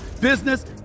business